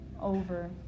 over